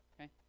okay